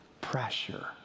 pressure